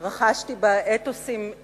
יש לי חברים שם, ורכשתי בה אתוס עיתונאי